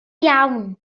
iawn